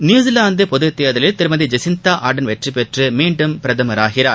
New Zealand பொதுத் தேர்தலில் திருமதி ஜெசிந்தா ஆர்டன் வெற்றி பெற்று மீண்டும் பிரதமராகிறார்